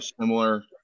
similar